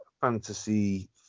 fantasy